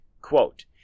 Quote